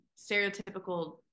stereotypical